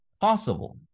Possible